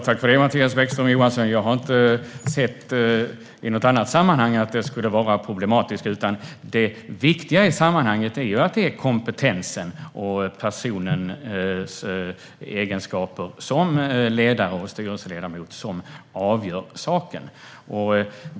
Herr talman! Jag har inte i något annat sammanhang sett att det skulle vara problematiskt. Det viktiga i sammanhanget är att kompetensen och personens egenskaper som ledare och styrelseledamot som avgör saken.